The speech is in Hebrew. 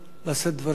לשאת דברים.